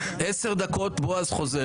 10 דקות, בועז חוזר.